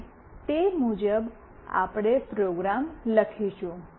અને તે મુજબ આપણે પ્રોગ્રામ લખીશું